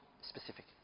Specific